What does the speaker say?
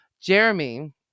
Jeremy